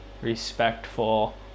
respectful